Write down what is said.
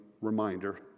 reminder